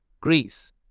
Greece